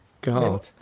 God